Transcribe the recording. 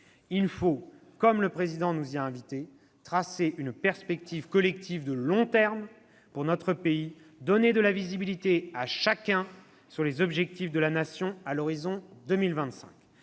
Il faut, comme le Président nous y a invités, tracer une perspective collective de long terme pour notre pays, donner de la visibilité à chacun sur les objectifs de la Nation à l'horizon 2025